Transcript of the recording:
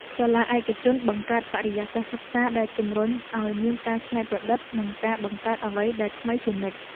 សាលាឯកជនបង្កើតបរិយាកាសសិក្សាដែលជំរុញឱ្យមានការច្នៃប្រឌិតនិងការបង្កើតអ្វីដែលថ្មីជានិច្ច។